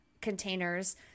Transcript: containers